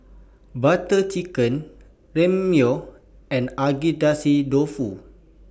Butter Chicken Ramyeon and Agedashi Dofu